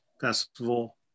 festival